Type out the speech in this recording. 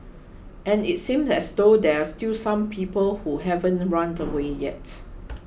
and it seems as though there are still some people who haven't run to away yet